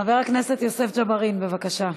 חבר הכנסת יוסף ג'בארין, בבקשה.